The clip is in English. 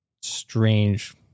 strange